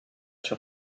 sur